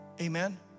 amen